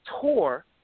tour